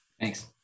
Thanks